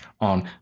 on